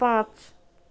पाँच